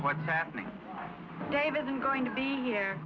what's happening david i'm going to be here